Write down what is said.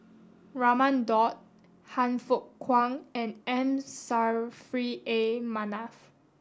Raman Daud Han Fook Kwang and M Saffri A Manaf